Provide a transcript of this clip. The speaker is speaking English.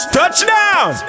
Touchdown